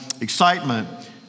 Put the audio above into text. excitement